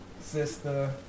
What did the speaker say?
sister